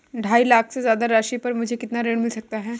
ढाई लाख से ज्यादा राशि पर मुझे कितना ऋण मिल सकता है?